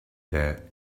there